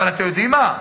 אבל אתם יודעים מה?